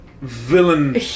villain